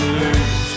lose